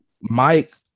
Mike